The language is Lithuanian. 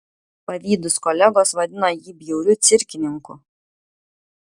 pavydūs kolegos vadino jį bjauriu cirkininku